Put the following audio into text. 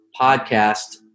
podcast